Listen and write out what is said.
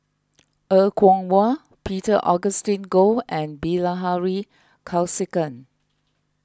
Er Kwong Wah Peter Augustine Goh and Bilahari Kausikan